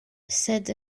sed